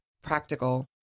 practical